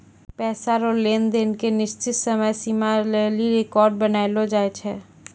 पैसा रो लेन देन के निश्चित समय सीमा लेली रेकर्ड बनैलो जाय छै